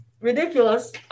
ridiculous